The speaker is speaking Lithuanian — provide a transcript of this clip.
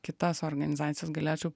kitas organizacijas galėčiau